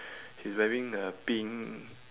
she's wearing a pink